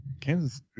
Kansas